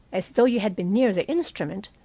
as though you had been near the instrument,